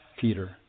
Peter